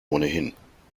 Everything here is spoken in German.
ohnehin